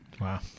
Wow